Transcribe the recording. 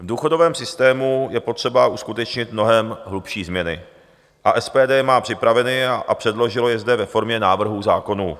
V důchodovém systému je potřeba uskutečnit mnohem hlubší změny, SPD je má připraveny a předložilo je zde ve formě návrhů zákonů.